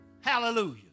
Hallelujah